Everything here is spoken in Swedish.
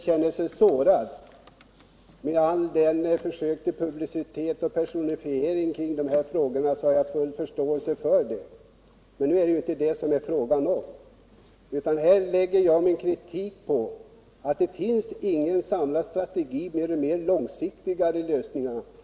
Herr talman! Jag kan ha förståelse för om socialministern känner sig sårad. Här uttalar jag min kritik över att det inte finns någon samlad strategi beträffande de mera långsiktiga lösningarna.